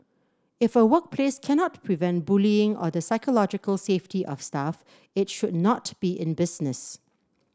if a workplace cannot prevent bullying or the psychological safety of staff it should not be in business